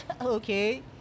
okay